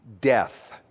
death